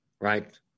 right